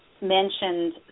mentioned